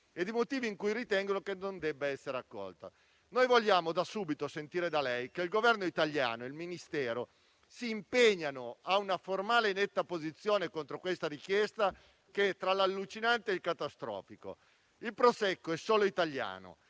ed i motivi per cui ritengono che non debba essere accolta. Vogliamo da subito sentire da lei che il Governo italiano e il Ministero si impegnano ad una formale e netta posizione contro questa richiesta che è tra l'allucinante e il catastrofico. Il Prosecco è solo italiano,